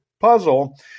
Puzzle